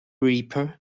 reaper